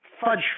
fudge